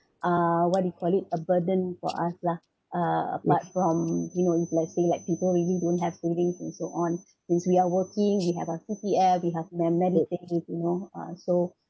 uh what do you call it a burden for us lah uh like from you know if let's say like people really don't have savings and so on if we are working we have a C_P_F we have MediSave you know uh so